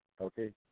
okay